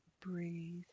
Breathe